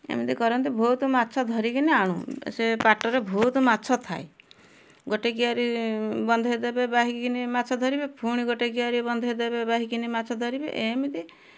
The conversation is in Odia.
ଏମିତି କରନ୍ତି ବହୁତ ମାଛ ଧରିକିନି ଆଣୁ ସେ ପାଟରେ ବହୁତ ମାଛ ଥାଏ ଗୋଟେ କିଆରୀ ବନ୍ଧାଇ ଦେବେ ବାହିକିନି ମାଛ ଧରିବେ ଫୁଣି ଗୋଟେ କିଆରୀ ବନ୍ଧାଇ ଦେବେ ବାହିକିନି ମାଛ ଧରିବେ ଏମିତି